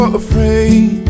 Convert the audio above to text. afraid